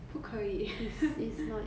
不可以